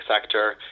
sector